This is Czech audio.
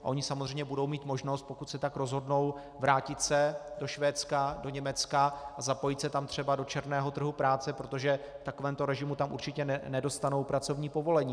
Oni samozřejmě budou mít možnost, pokud se tak rozhodnou, vrátit se do Švédska, do Německa a zapojit se tam třeba do černého trhu práce, protože v takovémto režimu tam určitě nedostanou pracovní povolení.